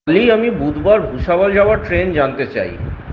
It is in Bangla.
অলি আমি বুধবার ভুসাওয়াল যাওয়ার ট্রেন জানতে চাই